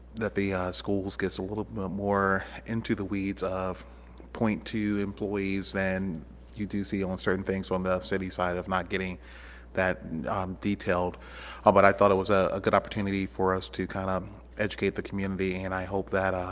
that the schools gets a little bit more into the weeds of point to employees and you do see on certain things from the city side of not getting that detailed but i thought it was ah a good opportunity for us to kind of um educate the community and i hope that